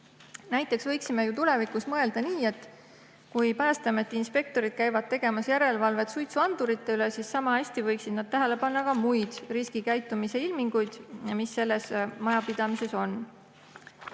Näiteks võiksime tulevikus mõelda nii, et kui Päästeameti inspektorid käivad tegemas järelevalvet suitsuandurite üle, siis sama hästi võiksid nad tähele panna ka muid riskikäitumise ilminguid, mis selles majapidamises on.